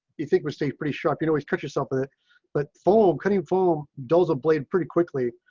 you think we stay pretty sharp, you know, is cut yourself but phone cutting phone does a blade pretty quickly.